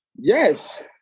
Yes